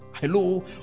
Hello